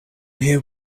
here